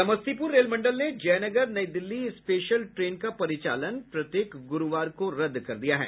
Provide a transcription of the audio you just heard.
समस्तीपुर रेल मंडल ने जयनगर नई दिल्ली स्पेशल ट्रेन का परिचालन प्रत्येक गुरूवार को रद्द कर दिया है